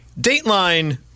Dateline